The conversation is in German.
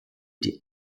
die